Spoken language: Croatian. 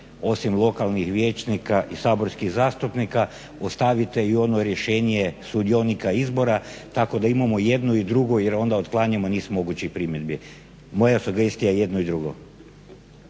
osim lokalnih vijećnika i saborskih zastupnika ostavite i ono rješenje sudionika izbora tako da imamo i jedno i drugo jer onda otklanjamo niz mogućih primjedbi. Moja sugestija je i jedno i drugo.